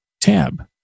tab